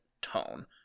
tone